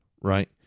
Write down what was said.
right